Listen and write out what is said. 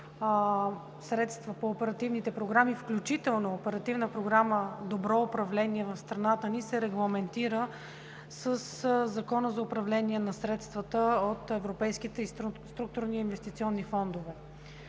средства по оперативните програми, включително Оперативна програма „Добро управление“, в страната ни се регламентират със Закона за управление на средствата от европейските и структурни инвестиционни фондове.